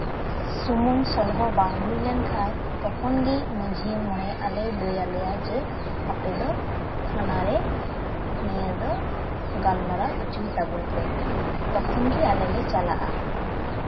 ᱥᱩᱢᱩᱝ ᱥᱚᱞᱦᱮ ᱵᱟᱝ ᱦᱩᱭ ᱞᱮᱱᱠᱷᱟᱡ ᱛᱚᱠᱷᱚᱱ ᱜᱮ ᱢᱟᱹᱡᱷᱤ ᱢᱚᱬᱮ ᱟᱞᱮ ᱞᱟᱹᱭ ᱟᱞᱮᱭᱟ ᱡᱮ ᱟᱯᱮ ᱫᱚ ᱛᱷᱟᱱᱟᱨᱮ ᱱᱤᱭᱟᱹ ᱫᱚ ᱜᱟᱞᱢᱟᱨᱟᱣ ᱦᱚᱪᱚᱭ ᱛᱟᱵᱚᱱ ᱯᱮ ᱛᱚᱠᱷᱚᱱ ᱜᱮ ᱟᱞᱮ ᱞᱮ ᱪᱟᱞᱟᱜᱼᱟ